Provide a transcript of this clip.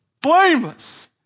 Blameless